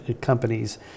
companies